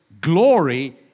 glory